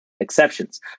exceptions